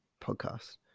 podcast